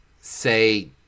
say